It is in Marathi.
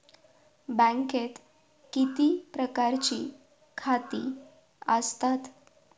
बँकेत किती प्रकारची खाती आसतात?